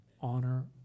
honor